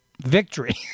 victory